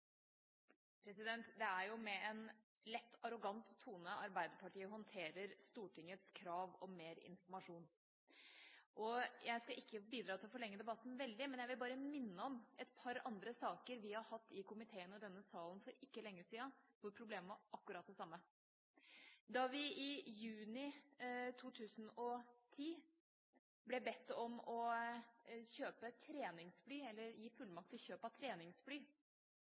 sak. Det er med en lett arrogant tone Arbeiderpartiet håndterer Stortingets krav om mer informasjon. Jeg skal ikke bidra til å forlenge debatten veldig mye, men jeg vil bare minne om et par andre saker vi har hatt i komiteen og i denne salen for ikke lenge siden, hvor problemet var akkurat det samme. Da vi i juni 2010 ble bedt om å gi fullmakt til kjøp av treningsfly,